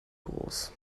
groß